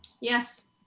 Yes